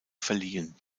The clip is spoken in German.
verliehen